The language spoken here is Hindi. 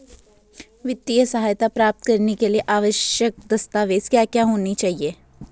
वित्तीय सहायता प्राप्त करने के लिए आवश्यक दस्तावेज क्या क्या होनी चाहिए?